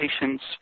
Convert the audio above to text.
patients